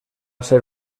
ser